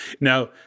Now